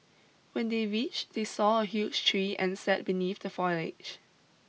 when they reached they saw a huge tree and sat beneath the foliage